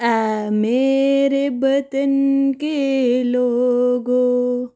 ऐ मेरे वतन के लोगो